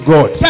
God